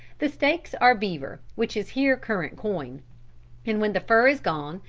the stakes are beaver, which is here current coin and when the fur is gone,